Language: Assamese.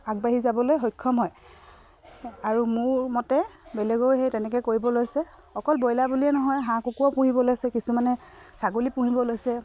আগবাঢ়ি যাবলৈ সক্ষম হয় আৰু মোৰ মতে বেলেগও সেই তেনেকে কৰিব লৈছে অকল ব্ৰইলাৰ বুলিয়ে নহয় হাঁহ কুকুৰাও পুহিব লৈছে কিছুমানে ছাগলী পুহিব লৈছে